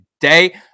today